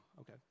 Okay